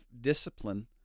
discipline